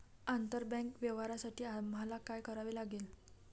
आंतरबँक व्यवहारांसाठी आम्हाला काय करावे लागेल?